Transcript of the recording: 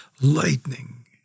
lightning